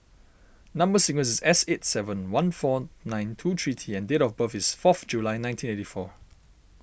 Number Sequence is S eight seven one four nine two three T and date of birth is four of July nineteen eighty four